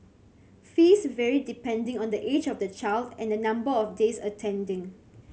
fees vary depending on the age of the child and the number of days attending